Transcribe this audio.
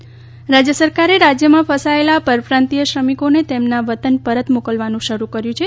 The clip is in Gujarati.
પરપ્રાંતીય રાજ્ય સરકારે રાજ્યમાં ફસાયેલા પરપ્રાંતીથો શ્રમિકોને તેમના વતન પરત મોકલવાનું શરૂ કર્યું છે